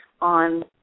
on